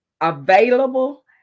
available